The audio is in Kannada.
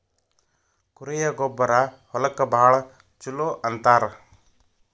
ಕುರಿಯ ಗೊಬ್ಬರಾ ಹೊಲಕ್ಕ ಭಾಳ ಚುಲೊ ಅಂತಾರ